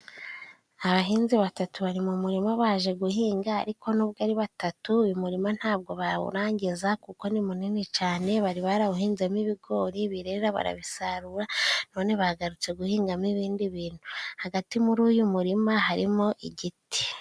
Abahinzi batatu bari mu murima baje guhinga. Ariko nubwo ari batatu uyu murima ntabwo bawurangiza kuko ni munini cane, bari barawuhinzemo ibigori birera, barabisarura, none bagarutse guhingamo ibindi bintu. Hagati muri uyu murima harimo igiti.